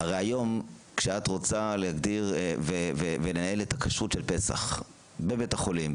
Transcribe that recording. הרי היום כשאת רוצה להגדיר ולנהל את הכשרות של פסח בבית החולים,